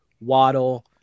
Waddle